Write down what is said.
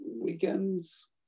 weekends